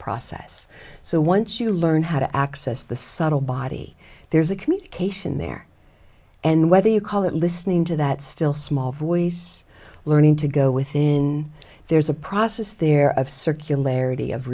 process so once you learn how to access the subtle body there's a communication there and whether you call it listening to that still small voice learning to go within there's a process there of circular